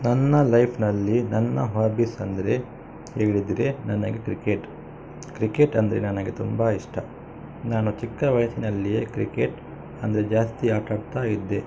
ನನ್ನ ಲೈಫ್ನಲ್ಲಿ ನನ್ನ ಹಾಬ್ಬೀಸ್ ಅಂದರೆ ಹೇಳಿದರೆ ನನಗೆ ಕ್ರಿಕೆಟ್ ಕ್ರಿಕೆಟ್ ಅಂದರೆ ನನಗೆ ತುಂಬ ಇಷ್ಟ ನಾನು ಚಿಕ್ಕ ವಯಸ್ಸಿನಲ್ಲಿಯೇ ಕ್ರಿಕೆಟ್ ಅಂದರೆ ಜಾಸ್ತಿ ಆಟಾಡ್ತಾ ಇದ್ದೆ